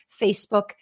Facebook